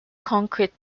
concrete